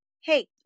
Hey